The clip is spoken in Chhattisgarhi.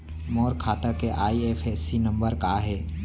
मोर खाता के आई.एफ.एस.सी नम्बर का हे?